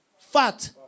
fat